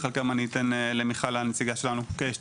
ואת חלקן אני אתן למיכל לפרט יותר.